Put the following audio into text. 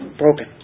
Broken